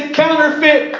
counterfeit